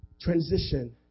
Transition